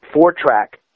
four-track